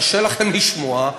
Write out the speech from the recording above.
קשה לכם לשמוע,